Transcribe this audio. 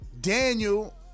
Daniel